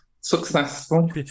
successful